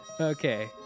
Okay